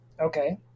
Okay